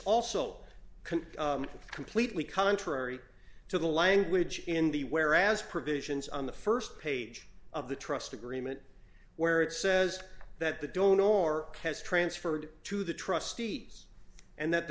also can completely contrary to the language in the whereas provisions on the st page of the trust agreement where it says that the don't or has transferred to the trustees and that the